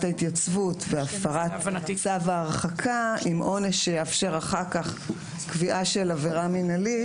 ההתייצבות והפרת צו ההרחקה עם עונש שיאפשר אחר כך קביעה של עבירה מינהלית,